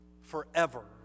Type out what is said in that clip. forever